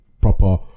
proper